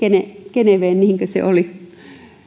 geneveen niinkö se oli